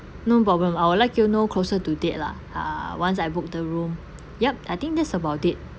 no problem I would like you know closer to date lah uh once I book the room yup I think that's about it